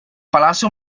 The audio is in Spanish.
palacio